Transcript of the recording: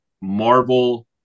Marvel